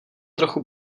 trochu